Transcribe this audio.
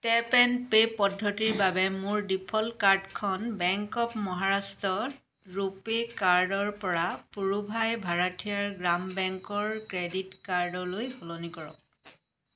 tap and pay পদ্ধতিৰ বাবে মোৰ ডিফ'ল্ট কাৰ্ডখন বেংক অৱ মহাৰাষ্ট্ৰৰ ৰুপে কাৰ্ডৰ পৰা পুড়ুভাই ভাৰাঠিয়াৰ গ্ৰাম বেংকৰ ক্ৰেডিট কাৰ্ডলৈ সলনি কৰক